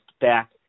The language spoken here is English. back